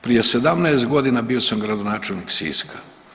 Prije 17 godina bio sam gradonačelnik Siska.